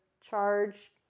charge